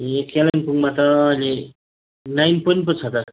ए कालिम्पोङमा त अहिले लाइन पनि पो छ त